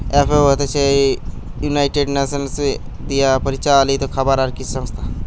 FAO হতিছে United Nations দিয়া পরিচালিত খাবার আর কৃষি সংস্থা